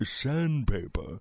sandpaper